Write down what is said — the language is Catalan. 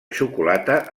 xocolata